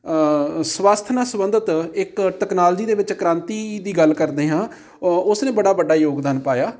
ਸਵਸਥ ਨਾਲ ਸੰਬੰਧਿਤ ਇੱਕ ਟੈਕਨੋਲਜੀ ਦੇ ਵਿੱਚ ਕ੍ਰਾਂਤੀ ਦੀ ਗੱਲ ਕਰਦੇ ਹਾਂ ਉਹ ਉਸ ਨੇ ਬੜਾ ਵੱਡਾ ਯੋਗਦਾਨ ਪਾਇਆ